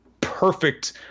perfect